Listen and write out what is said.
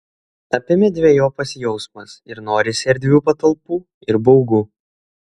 apėmė dvejopas jausmas ir norisi erdvių patalpų ir baugu